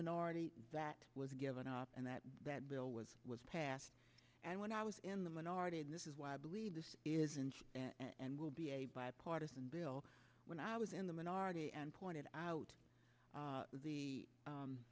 minority that was given up and that that bill was was passed and when i was in the minority and this is why i believe this is inch and will be a bipartisan bill when i was in the minority and pointed out the